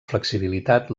flexibilitat